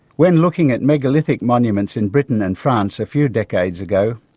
when looking at megalithic monuments in britain and france a few decades ago,